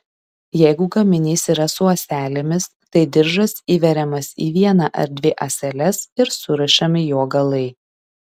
jeigu gaminys yra su ąselėmis tai diržas įveriamas į vieną ar dvi ąseles ir surišami jo galai